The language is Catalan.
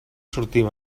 sortim